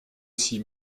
six